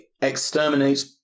exterminate